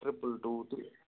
triple two تہٕ